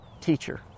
teacher